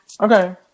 Okay